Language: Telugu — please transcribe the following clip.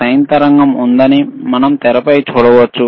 సైన్ తరంగం ఉందని మనం తెరపై చూడవచ్చు